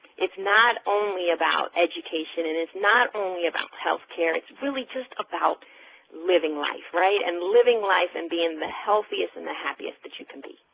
it's not only about education and it's not only about health care. it's really just about living life, right, and living life and being the healthiest and the happiest that you can be.